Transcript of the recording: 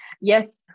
yes